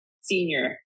senior